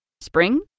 Spring